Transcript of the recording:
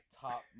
top